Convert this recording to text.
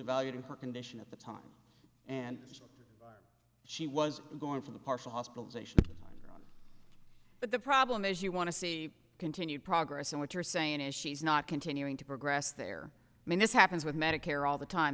evaluating her condition at the time and she was going for the partial hospital's but the problem is you want to see continued progress and what you're saying is she's not continuing to progress there i mean this happens with medicare all the time